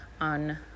on